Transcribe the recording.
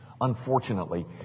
Unfortunately